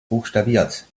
buchstabiert